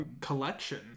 Collection